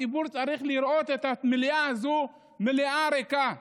הציבור צריך לראות את המליאה הזאת, מליאה ריקה.